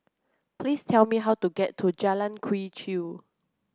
please tell me how to get to Jalan Quee Chew